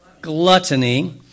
gluttony